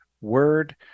word